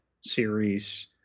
series